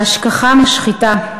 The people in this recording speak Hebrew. ההשכחה משחיתה,